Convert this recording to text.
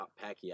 Pacquiao